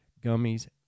gummies